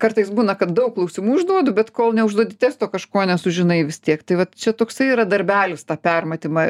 kartais būna kad daug klausimų užduodu bet kol neužduoti testo kažko nesužinai vis tiek tai vat čia toksai yra darbelis tą per matymą